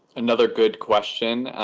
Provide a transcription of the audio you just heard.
another good question.